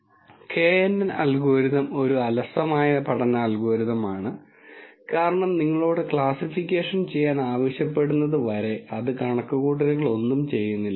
knn algorithm ഒരു അലസമായ പഠന അൽഗോരിതം ആണ് കാരണം നിങ്ങളോട് ക്ലാസിഫിക്കേഷൻ ചെയ്യാൻ ആവശ്യപ്പെടുന്നത് വരെ അത് കണക്കുകൂട്ടലുകളൊന്നും ചെയ്യില്ല